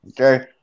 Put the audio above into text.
Okay